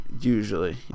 usually